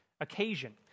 occasion